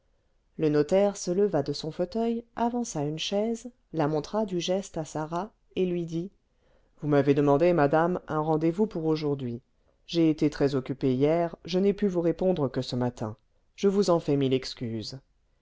le notaire se leva de son fauteuil avança une chaise la montra du geste à sarah et lui dit vous m'avez demandé madame un rendez-vous pour aujourd'hui j'ai été très occupé hier je n'ai pu vous répondre que ce matin je vous en fais mille excuses